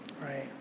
right